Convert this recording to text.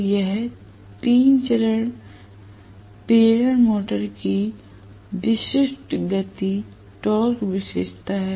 तो यह 3 चरण प्रेरण मोटर की विशिष्ट गति टॉर्क विशेषता है